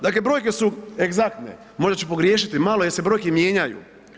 Dakle brojke su egzaktne, možda ću pogriješiti malo jer se brojke mijenjaju.